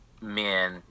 men